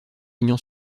aignan